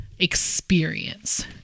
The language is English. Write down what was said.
experience